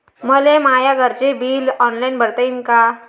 मले माया घरचे विज बिल ऑनलाईन भरता येईन का?